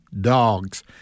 dogs